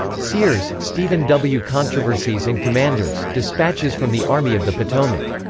sears, stephen w. controversies and commanders dispatches from the army of the potomac.